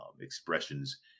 expressions